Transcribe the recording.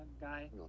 guy